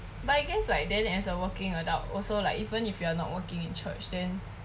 but I guess like then as a working adult also like even if you are not working in church then